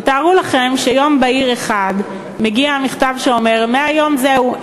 תתארו לכם שיום בהיר אחד מגיע אליו מכתב שאומר: מהיום זהו,